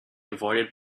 avoided